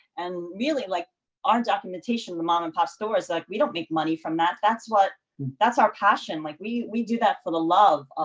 and really like our documentation the mom-and-pop stores, like we don't make money from that that's what that's our passion. like we we do that for the love.